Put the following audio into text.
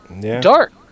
dark